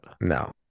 No